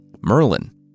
Merlin